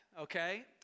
okay